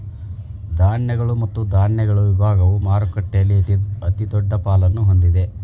ಧಾನ್ಯಗಳು ಮತ್ತು ಧಾನ್ಯಗಳ ವಿಭಾಗವು ಮಾರುಕಟ್ಟೆಯಲ್ಲಿ ಅತಿದೊಡ್ಡ ಪಾಲನ್ನು ಹೊಂದಿದೆ